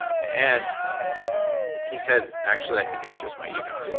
and he said, actually, i think it's just my ego.